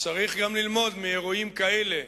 צריך גם ללמוד מאירועים כאלה.